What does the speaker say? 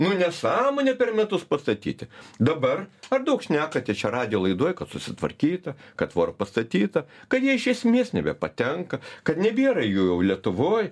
nu nesąmonė per metus pastatyti dabar ar daug šnekate čia radijo laidoj kad susitvarkyta kad tvora pastatyta kad jie iš esmės nebepatenka kad nebėra jų jau lietuvoj